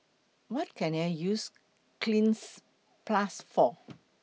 What Can I use Cleanz Plus For